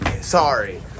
Sorry